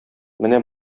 менә